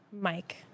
Mike